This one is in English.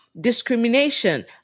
discrimination